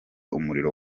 umuriro